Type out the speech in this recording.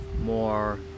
more